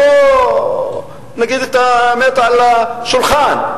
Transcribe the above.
בואו נגיד את האמת, על השולחן.